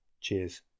Cheers